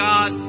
God